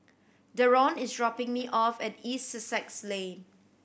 Deron is dropping me off at East Sussex Lane